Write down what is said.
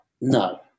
No